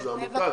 מה זה, עמותה?